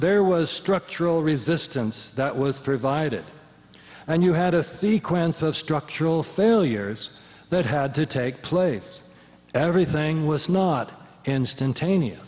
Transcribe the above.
there was structural resistance that was provided and you had a sequence of structural failures that had to take place everything was not instantaneous